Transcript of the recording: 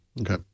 Okay